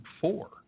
four